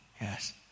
Yes